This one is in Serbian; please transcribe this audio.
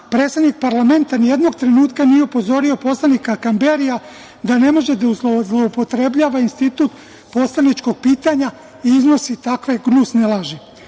predsednik parlamenta nije upozorio poslanika Kamberija da ne može da zloupotrebljava institut poslaničkog pitanja i iznosi takve gnusne laži. Ajde